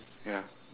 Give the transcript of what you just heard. ya